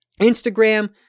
Instagram